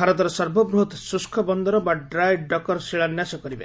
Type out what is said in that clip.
ଭାରତର ସର୍ବବୃହତ୍ ଶ୍ରଷ୍କ ବନ୍ଦର ବା ଡ୍ରାଏ ଡକ୍ର ଶିଳାନ୍ୟାସ କରିବେ